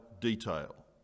detail